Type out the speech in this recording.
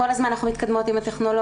כל הזמן אנחנו מתקדמות עם הטכנולוגיה,